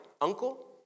uncle